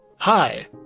Hi